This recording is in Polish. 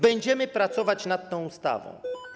Będziemy pracować nad tą ustawą.